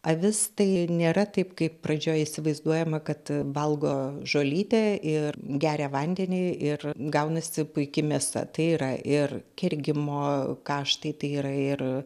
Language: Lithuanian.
avis tai nėra taip kaip pradžioj įsivaizduojama kad valgo žolytę ir geria vandenį ir gaunasi puiki mėsa tai yra ir kergimo karštai tai yra ir